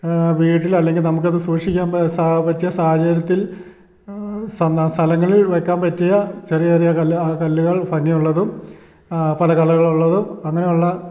വീട്ടിൽ അല്ലെങ്കിൽ നമുക്ക് അത് സൂക്ഷിക്കാൻ പ സാ പറ്റിയ സാഹചര്യത്തിൽ സ്ഥലങ്ങളിൽ വെക്കാൻ പറ്റിയ ചെറിയ ചെറിയ കല്ല് കല്ല്കൾ ഭംഗിയുള്ളതും പല കളറുകൾ ഉള്ളതും അങ്ങനെ ഉള്ള